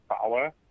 power